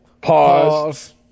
Pause